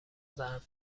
ضرب